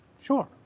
Sure